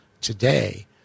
today